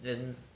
then